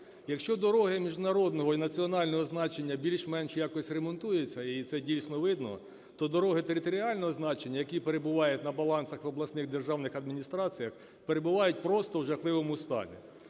Якщо дороги міжнародного і національного значення більш-менш якось ремонтуються, і це дійсно видно, то дороги територіального значення, які перебувають на балансах в обласних державних адміністраціях, перебувають просто в жахливому стані.